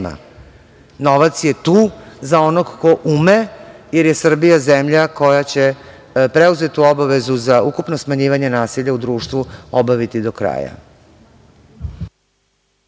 novac je tu za onog ko ume, jer je Srbija zemlja koja će preuzetu obavezu za ukupno smanjivanje nasilja u društvu obaviti do kraja.